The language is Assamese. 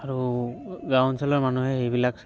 আৰু গাঁও অঞ্চলৰ মানুহে সেইবিলাক